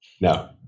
No